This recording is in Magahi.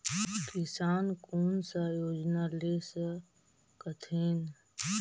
किसान कोन सा योजना ले स कथीन?